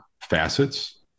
facets